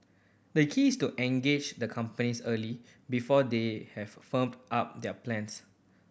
the key is to engage the companies early before they have firmed up their plans